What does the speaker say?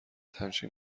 همچین